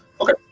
okay